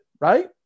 Right